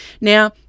Now